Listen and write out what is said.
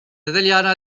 italiana